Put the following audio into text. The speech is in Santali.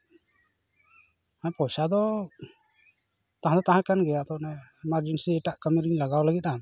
ᱦᱮᱸ ᱯᱮᱭᱥᱟ ᱫᱚ ᱛᱟᱦᱮᱸ ᱫᱚ ᱛᱟᱦᱮᱸ ᱠᱟᱱ ᱜᱮᱭᱟ ᱮᱢᱟᱨᱡᱮᱱᱥᱤ ᱮᱴᱟᱜ ᱠᱟᱹᱢᱤ ᱨᱮᱧ ᱞᱟᱜᱟᱣ ᱞᱟᱹᱜᱤᱫᱼᱟ